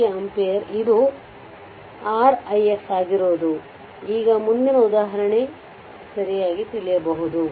5t ampere ಇದು r ix ಆಗಿರುವುದು ಈಗ ಮುಂದಿನ ಉದಾಹರಣೆಯಲ್ಲಿ ಸರಿಯಾಗಿ ತಿಳಿಯಬಹುದು